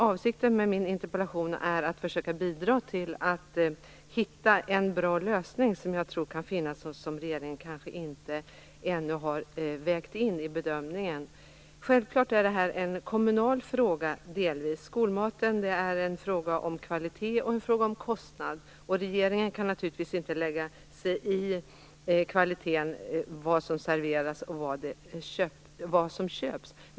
Avsikten med min interpellation är att försöka bidra till att hitta en bra lösning som regeringen ännu kanske inte har vägt in i bedömningen. Självfallet är skolmaten delvis en kommunal fråga. Det är en fråga om kvalitet och om kostnader. Regeringen kan naturligtvis inte lägga sig i vad som serveras och vad som köps.